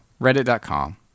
reddit.com